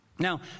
Now